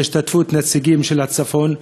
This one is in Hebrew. בהשתתפות נציגים של הצפון,